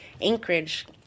Anchorage